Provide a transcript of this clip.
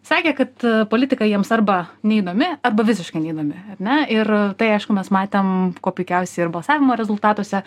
sakė kad politika jiems arba neįdomi arba visiškai neįdomi ar ne ir tai aišku mes matėm kuo puikiausiai ir balsavimo rezultatuose